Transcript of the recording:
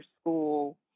school